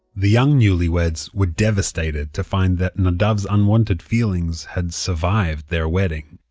the young newlyweds were devastated to find that nadav's unwanted feelings had survived their wedding.